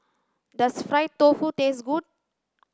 does fried tofu taste good